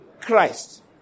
Christ